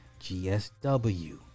gsw